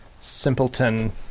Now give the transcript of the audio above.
simpleton